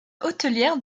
hôtelière